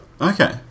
Okay